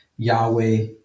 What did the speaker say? Yahweh